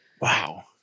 Wow